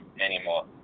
anymore